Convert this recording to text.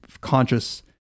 conscious